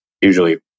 usually